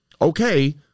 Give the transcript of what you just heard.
Okay